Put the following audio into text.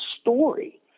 story